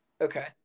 Okay